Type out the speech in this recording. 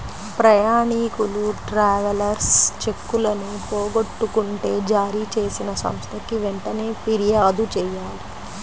ప్రయాణీకులు ట్రావెలర్స్ చెక్కులను పోగొట్టుకుంటే జారీచేసిన సంస్థకి వెంటనే పిర్యాదు చెయ్యాలి